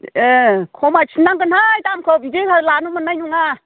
ओ खमायफिननांगोनहाय दामखौ बिदि लानो मोननाय नङा